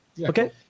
Okay